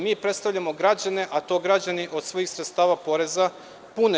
Mi predstavljamo građane, a to građani od svojih sredstava poreza to pune.